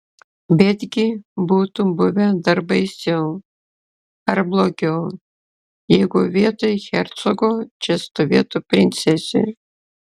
betgi būtų buvę dar baisiau ar blogiau jeigu vietoj hercogo čia stovėtų princesė